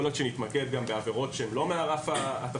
יכול להיות שנתמקד גם בעבירות שהן לא מהרף התחתון.